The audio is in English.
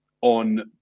on